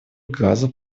газов